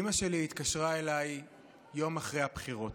אימא שלי התקשרה אליי יום אחרי הבחירות.